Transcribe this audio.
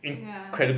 yeah